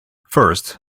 first